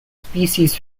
species